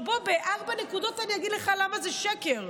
בארבע נקודות אני אגיד לך למה זה שקר.